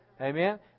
Amen